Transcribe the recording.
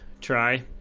try